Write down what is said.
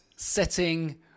Setting